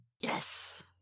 yes